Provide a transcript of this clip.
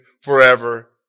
forever